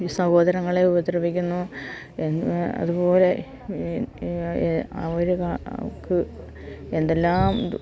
ഈ സഹോദരങ്ങളെ ഉപദ്രവിക്കുന്നു എന്ന് അതുപോലെ അവർക്ക് എന്തെല്ലാമുണ്ട്